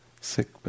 sick